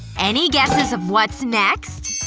any guesses of what's next?